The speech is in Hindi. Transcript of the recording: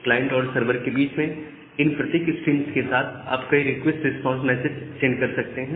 क्लाइंट और सर्वर के बीच में इन प्रत्येक स्ट्रीम्स के साथ आप कई रिक्वेस्ट रिस्पांस मैसेजेस सेंड कर सकते हैं